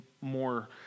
more